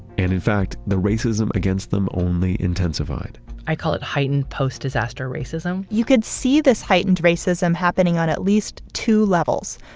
and in fact, the racism against them only intensified i call it heightened post-disaster racism you could see this heightened racism happening on at least two levels.